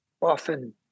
often